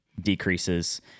decreases